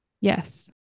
Yes